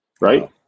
right